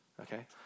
okay